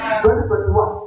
2021